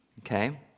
okay